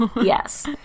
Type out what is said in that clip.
yes